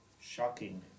shocking